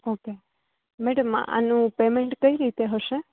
okay madam આનું payment કઈ રીતે હશે